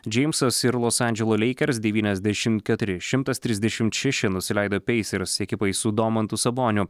džeimsas ir los andželo leikers devyniasdešimt keturi šimtas trisdešimt šeši nusileido peisers ekipai su domantu saboniu